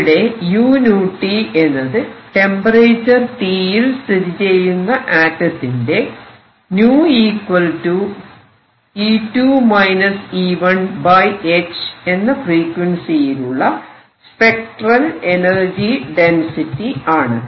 ഇവിടെ u𝛎 എന്നത് temperature T യിൽ സ്ഥിതിചെയ്യുന്ന ആറ്റത്തിന്റെ h എന്ന ഫ്രീക്വൻസിയിലുള്ള സ്പെക്ട്രൽ എനർജി ഡെൻസിറ്റി ആണ്